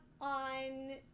on